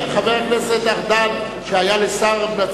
בעד, 47, אין מתנגדים ואין נמנעים.